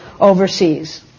overseas